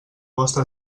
vostra